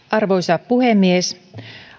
arvoisa puhemies